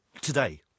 today